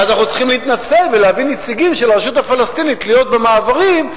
ואנחנו צריכים להתנצל ולהביא נציגים של הרשות הפלסטינית להיות במעברים,